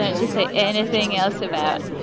and say anything else about